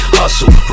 hustle